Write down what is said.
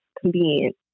convenient